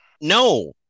no